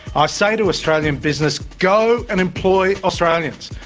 ah say to australian business, go and employ australians,